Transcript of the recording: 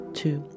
two